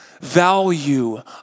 value